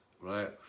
right